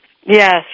Yes